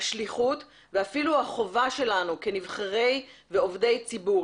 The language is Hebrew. השליחות ואפילו החובה שלנו כנבחרי ועובדי ציבור.